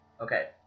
Okay